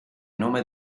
nome